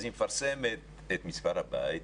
אז היא מפרסמת את מספר הבית,